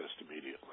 immediately